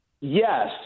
Yes